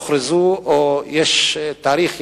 לכן, יש דרישה לפרק את האיחוד הזה לפני הבחירות.